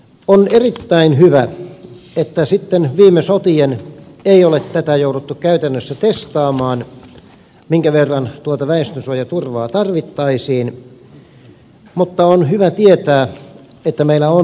on erittäin hyvä että sitten viime sotien ei ole jouduttu käytännössä testaamaan minkä verran tuota väestönsuojaturvaa tarvittaisiin mutta on hyvä tietää että meillä on tätä turvaa